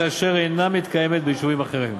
אשר אינה מתקיימת ביישובים אחרים.